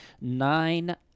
Nine